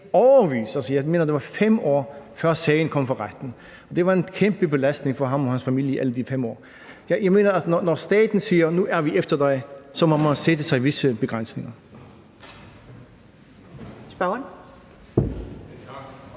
det var 5 år – før sagen kom for retten, og det var en kæmpe belastning for ham og hans familie i alle de 5 år. Så jeg mener altså, at staten må sætte sig visse begrænsninger,